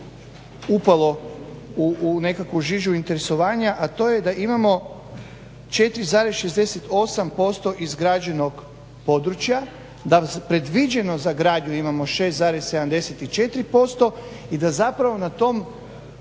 upalo u nekakvu žižu interesovanja a to je da imamo 4,68% izgrađenog područja, da predviđeno za gradnju imamo 6,74% i da zapravo na tom